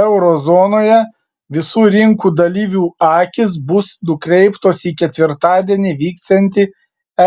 euro zonoje visų rinkų dalyvių akys bus nukreiptos į ketvirtadienį vyksiantį